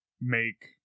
make